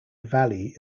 valley